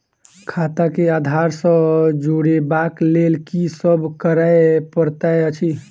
खाता केँ आधार सँ जोड़ेबाक लेल की सब करै पड़तै अछि?